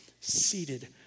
seated